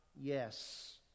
Yes